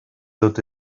route